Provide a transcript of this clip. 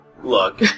Look